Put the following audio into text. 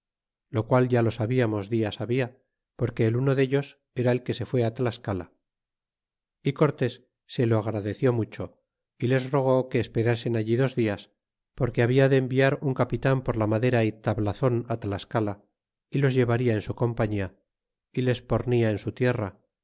lo qual ya lo sabiamos dias habia porque el uno deltas era el que se fue t'escala y cortés se lo agradeció mucho y les rogó que esperasen allí dos dias porque habla de enviar un capitan por la madera y iablazon tlascala y los llevaria en su compañia y les pornia en su tierra